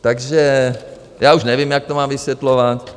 Takže já už nevím, jak to mám vysvětlovat.